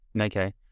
Okay